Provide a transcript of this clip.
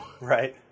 Right